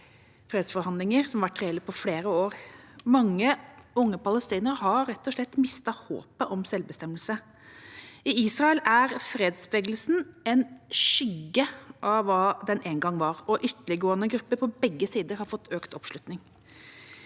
fredsforhandlinger på mange år. Mange unge palestinere har rett og slett mistet håpet om selvbestemmelse. I Israel er fredsbevegelsen en skygge av hva den en gang var, og ytterliggående grupper på begge sider har fått økt oppslutning.